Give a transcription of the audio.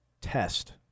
test